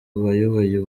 bayoboye